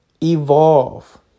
Evolve